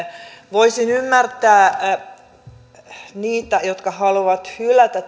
voisin ymmärtää niitä jotka haluavat hylätä